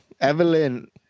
evelyn